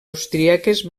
austríaques